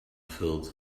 filled